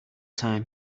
time